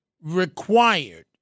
required